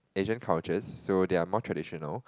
Asian cultures so they are more traditional